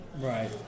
right